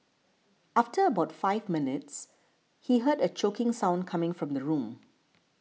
after about five minutes he heard a choking sound coming from the room